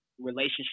relationship